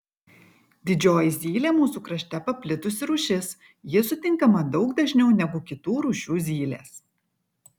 didžioji zylė mūsų krašte paplitusi rūšis ji sutinkama daug dažniau negu kitų rūšių zylės